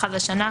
אחת לשנה,